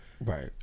Right